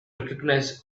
recognize